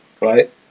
right